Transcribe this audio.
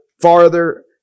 farther